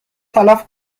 تلف